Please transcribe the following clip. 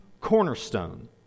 cornerstone